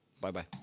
Bye-bye